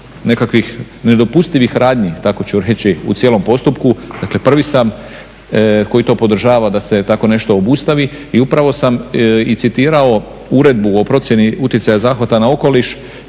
nekakvih nedopustivih radnji, tako ću reći u cijelom postupku dakle prvi sam koji to podržava da se tako nešto obustavi. I upravo sam i citirao Uredbu o procjeni utjecaja zahvata na okoliš